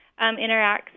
interacts